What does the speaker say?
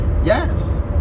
Yes